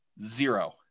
zero